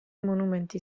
monumenti